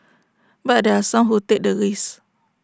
but there are some who take the risk